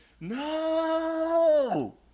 No